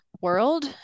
world